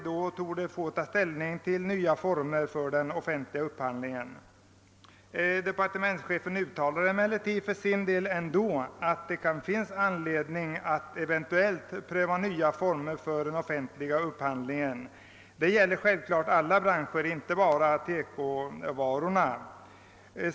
Då torde vi få ta ställning till förslag om nya former för den offentliga upphandlingen. Men departementschefen uttalar ändå för sin del att det kan finnas anledning att eventuellt pröva nya former för den offentliga upphandlingen, Detta gäller samtliga branscher, inte bara TEKO-varorna.